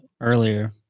earlier